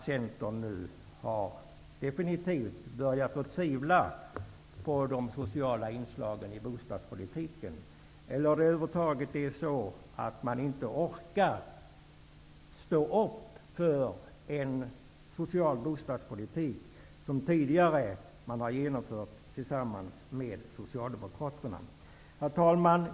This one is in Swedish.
Centern nu definitivt har börjat tvivla på de sociala inslagen i bostadspolitiken, eller om man inte orkar stå upp för en social bostadspolitik, som man tidigare har genomfört tillsammans med Herr talman!